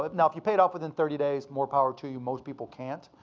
but now if you pay it off within thirty days, more power to you. most people can't.